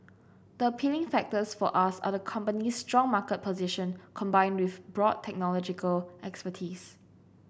the appealing factors for us are the company's strong market position combined with broad technological expertise